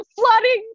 flooding